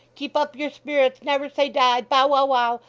keep up your spirits, never say die, bow, wow, wow,